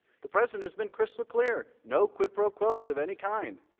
the president has been crystal clear. no quid pro quo of any kind.